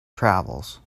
travels